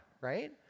right